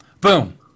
Boom